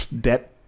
Debt